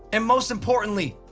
and most importantly,